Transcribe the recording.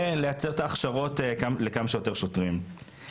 ולייצר את ההכשרות לכמה שיותר שוטרים.